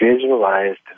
visualized